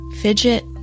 fidget